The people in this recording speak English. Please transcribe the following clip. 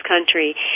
country